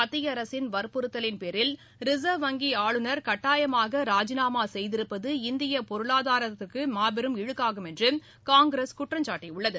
மத்திய அரசின் வற்புறுத்தலின் பேரில் ரிசர்வ் வங்கி ஆளுநர் கட்டாயமாக ராஜினாமா செய்திருப்பது இந்திய பொருளாதாரத்திற்கு மாபெரும் இழுக்காகும் என்று காங்கிரஸ் குற்றம்சாட்டியுள்ளது